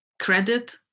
credit